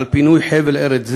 על פינוי חבל ארץ זה,